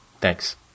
Thanks